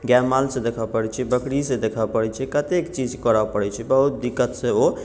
गाइ मालसँ देखऽ पड़ै छै बकरीसँ देखऽ पड़ै छै कतेक चीज करऽ पड़ै छै बहुत दिक्कतसँ ओ